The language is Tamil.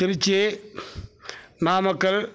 திருச்சி நாமக்கல்